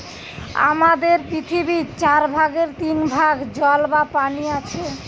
আমাদের পৃথিবীর চার ভাগের তিন ভাগ জল বা পানি আছে